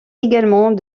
également